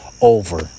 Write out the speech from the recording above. over